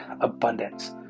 abundance